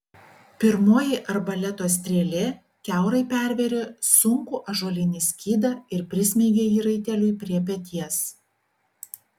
pirmoji arbaleto strėlė kiaurai pervėrė sunkų ąžuolinį skydą ir prismeigė jį raiteliui prie peties